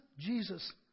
Jesus